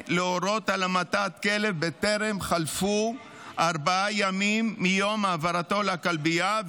יהיה להורות על המתת כלב בטרם חלפו ארבעה ימים מיום העברתו לכלבייה,